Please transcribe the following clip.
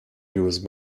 use